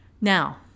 Now